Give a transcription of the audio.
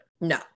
No